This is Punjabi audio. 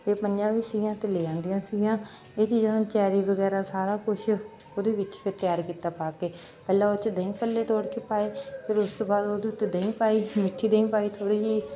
ਇਹ ਪਈਆਂ ਵੀ ਸੀਗੀਆਂ ਅਤੇ ਲੈ ਆਉਂਦੀਆਂ ਸੀਗੀਆਂ ਇਹ ਚੀਜ਼ਾਂ ਚੈਰੀ ਵਗੈਰਾ ਸਾਰਾ ਕੁਝ ਉਹਦੇ ਵਿੱਚ ਫਿਰ ਤਿਆਰ ਕੀਤਾ ਪਾ ਕੇ ਪਹਿਲਾਂ ਉਹ 'ਚ ਦਹੀਂ ਭੱਲੇ ਤੋੜ ਕੇ ਪਾਏ ਫਿਰ ਉਸ ਤੋਂ ਬਾਅਦ ਉਹਦੇ ਉੱਤੇ ਦਹੀਂ ਪਾਈ ਮਿੱਠੀ ਦਹੀਂ ਪਾਈ ਥੋੜ੍ਹੀ ਜਿਹੀ